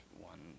one